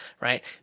right